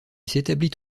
s’établit